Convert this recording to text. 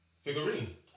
figurine